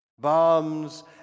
Bombs